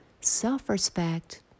self-respect